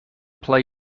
play